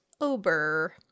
Ober